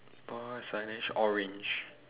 bar signage orange